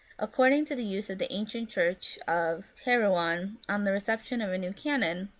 according to the use of the ancient church of terouanne, on the reception of a new canon,